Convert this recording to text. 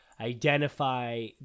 identify